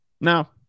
Now –